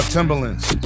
Timberlands